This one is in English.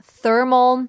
thermal